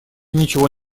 ничего